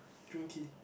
drink tea